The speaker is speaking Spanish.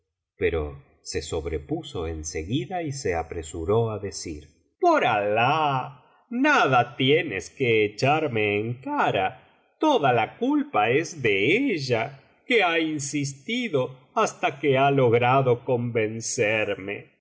pero se sobrepuso en seguida y se apresuró á decir por alah nada tienes que echarme en cara toda la culpa es de ella que ha insistido hasta que ha logrado convencerme